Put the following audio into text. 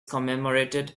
commemorated